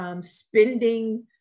Spending